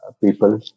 people